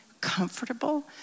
comfortable